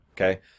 okay